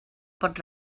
pot